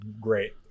great